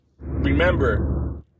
remember